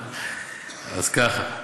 אז ככה: